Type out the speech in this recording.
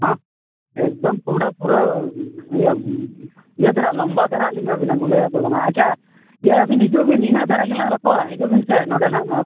ᱦᱮᱸ ᱮᱠᱫᱚᱢ ᱠᱚᱸᱦᱰᱟ ᱯᱩᱨᱟᱹ ᱤᱭᱟᱹ ᱤᱭᱟᱹ ᱫᱷᱟᱨᱟ ᱞᱚᱢᱵᱟ ᱫᱷᱟᱨᱟᱣᱟᱜ ᱞᱤᱧ ᱮᱢᱟ ᱵᱤᱱᱟ ᱵᱚᱞᱮ ᱟᱪᱪᱷᱟ ᱤᱭᱟᱹ ᱟᱹᱵᱤᱱ ᱦᱤᱡᱩᱜ ᱵᱤᱱ ᱤᱱᱟᱹᱜ ᱫᱷᱟᱨᱟ ᱜᱮ ᱞᱟᱝ ᱨᱚᱯᱚᱲᱟ ᱦᱤᱡᱩᱜ ᱵᱤᱱ ᱥᱮ ᱱᱚᱰᱮ ᱱᱟᱦᱟᱜ